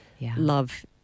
love